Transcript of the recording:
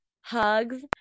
hugs